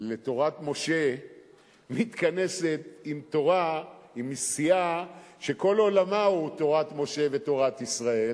לתורת משה מתכנסת עם סיעה שכל עולמה הוא תורת משה ותורת ישראל,